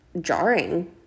jarring